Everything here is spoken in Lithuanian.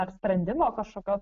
ar sprendimo kažkokio